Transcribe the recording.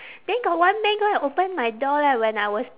then got one man go and open my door leh when I was